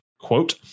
Quote